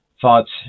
thoughts